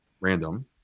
random